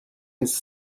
his